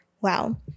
wow